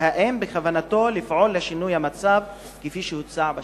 והאם בכוונתו לפעול לשינוי המצב כפי שהוצע בשאלתי?